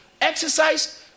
exercise